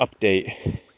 update